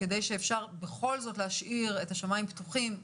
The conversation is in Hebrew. כדי שאפשר יהיה בכל זאת להשאיר את השמיים פתוחים.